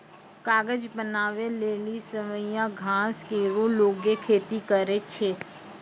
कागज बनावै लेलि सवैया घास केरो लोगें खेती करै छै